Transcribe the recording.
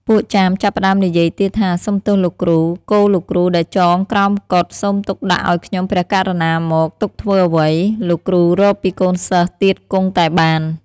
ពួកចាមចាប់ផ្ដើមនិយាយទៀតថា "សុំទោសលោកគ្រូ! គោលោកគ្រូដែលចងក្រោមកុដិ សូមទុកដាក់ឲ្យខ្ញុំព្រះករុណាមក! ទុកធ្វើអ្វី? លោកគ្រូរកពីកូនសិស្សទៀតគង់តែបាន។